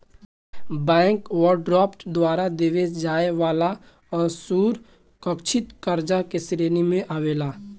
bank overdraft द्वारा देवे जाए वाला असुरकछित कर्जा के श्रेणी मे आवेला